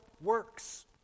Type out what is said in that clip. works